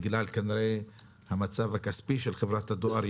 כנראה בגלל המצב הכספי של חברת הדואר,